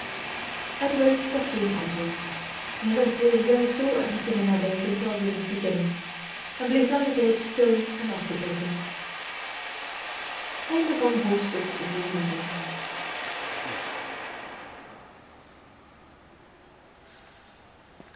edward gaf geen antwoord hij werd weer juist zoo ernstig en nadenkend als in het begin en bleef langen tijd stil en afgetrokken hoofdstuk